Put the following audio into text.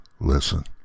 Listen